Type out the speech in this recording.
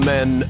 Men